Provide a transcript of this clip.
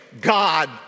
God